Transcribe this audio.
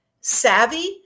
savvy